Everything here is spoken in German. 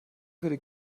würde